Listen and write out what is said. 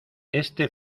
este